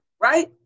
right